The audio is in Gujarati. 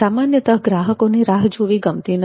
સામાન્યતઃ ગ્રાહકોને રાહ જોવી ગમતી નથી